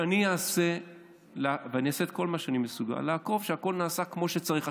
שאני אעשה את כל מה שאני מסוגל כדי לעקוב שהכול נעשה כמו שצריך.